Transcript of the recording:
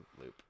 loop